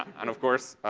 and of course,